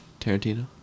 Tarantino